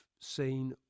seen